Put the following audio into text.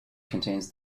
contains